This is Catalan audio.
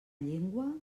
llengua